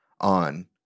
on